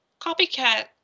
copycat